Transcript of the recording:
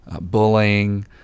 bullying